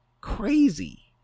crazy